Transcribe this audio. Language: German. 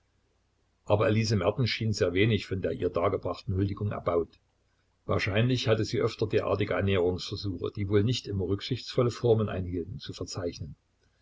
aber elise merten schien sehr wenig von der ihr dargebrachten huldigung erbaut wahrscheinlich hatte sie öfter derartige annäherungsversuche die wohl nicht immer rücksichtsvolle formen einhielten zu verzeichnen